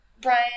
brian